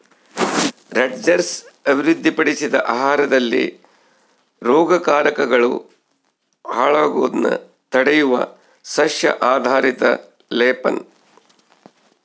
Rutgers ಅಭಿವೃದ್ಧಿಪಡಿಸಿದ ಆಹಾರದಲ್ಲಿ ರೋಗಕಾರಕಗಳು ಹಾಳಾಗೋದ್ನ ತಡೆಯುವ ಸಸ್ಯ ಆಧಾರಿತ ಲೇಪನ